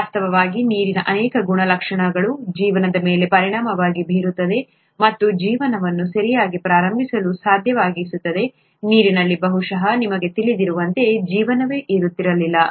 ವಾಸ್ತವವಾಗಿ ನೀರಿನ ಅನೇಕ ಗುಣಲಕ್ಷಣಗಳು ಜೀವನದ ಮೇಲೆ ಪರಿಣಾಮ ಬೀರುತ್ತವೆ ಮತ್ತು ಜೀವನವನ್ನು ಸರಿಯಾಗಿ ಪ್ರಾರಂಭಿಸಲು ಸಾಧ್ಯವಾಗಿಸುತ್ತದೆ ನೀರಿಲ್ಲದೆ ಬಹುಶಃ ನಮಗೆ ತಿಳಿದಿರುವಂತೆ ಜೀವನವೇ ಇರುತ್ತಿರಲಿಲ್ಲ